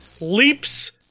leaps